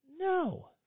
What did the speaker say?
No